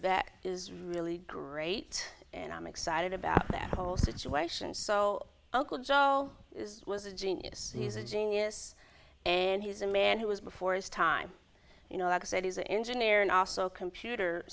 that is really great and i'm excited about that whole situation so uncle joe is was a genius he's a genius and he's a man who was before his time you know like i said he's an engineer and also computer